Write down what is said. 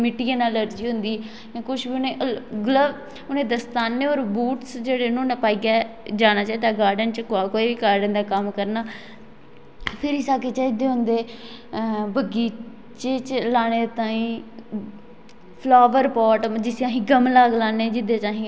आहो इंसान जानी केह् बस आहें देसी चीजां खानी चाही दियां बाह्र दियां चीजां नेई खानी चाही दियां जियां अज्जकल दे बच्चे जेह्ड़े मोमोज खंदे घरा दी रूट्टी नीं खंदे आखदे मम्मी में चलेआ चक्कर लाने गी ते मोमोज खाई आंदे फिर घार आनियै रूट्टी नी खंदे एह् जेह्ड़ा मोमोज जेह्ड़ी मैदा होने बच्चें दे टिड्ढे दे अंदर ठीक ऐ खराबी होई अंदी अंदर